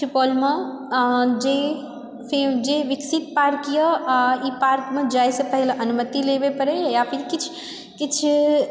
सुपौलमे जे जे विकसित पार्कए ई पार्कमे जाइ से पहिले अनुमति लेबय पड़ैए या फिर किछु किछु